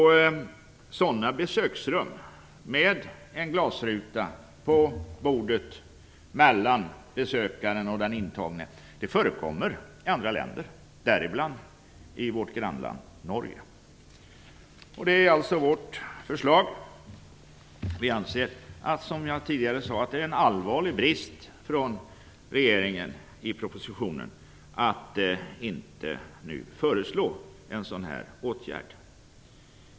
Sådana besöksrum med en glasruta på bordet mellan besökaren och den intagne förekommer i andra länder, däribland i vårt grannland Norge. Det är alltså vårt förslag. Vi anser, som jag tidigare sade, att det är en allvarlig brist hos regeringen att i propositionen inte nu föreslå en sådan här åtgärd.